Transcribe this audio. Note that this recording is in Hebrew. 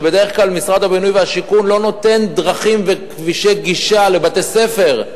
בדרך כלל משרד הבינוי והשיכון לא נותן דרכים וכבישי גישה לבתי-ספר,